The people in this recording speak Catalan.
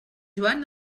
joan